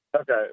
Okay